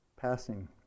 passing